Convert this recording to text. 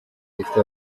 zifite